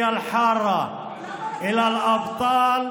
( בברכות לבביות לאלופים,